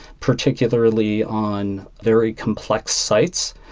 particularly on very complex sites.